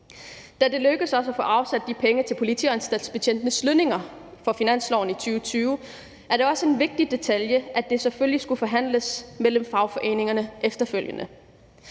at det lykkedes os at få afsat de penge til politi- og anstaltsbetjentenes lønninger i finansloven for 2020, er det også en vigtig detalje, at det selvfølgelig skulle forhandles mellem fagforeningerne efterfølgende.